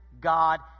God